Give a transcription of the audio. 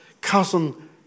Cousin